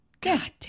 God